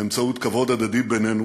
באמצעות כבוד הדדי בינינו,